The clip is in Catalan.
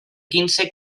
quinze